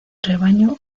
rebaño